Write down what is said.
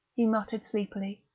he muttered sleepily.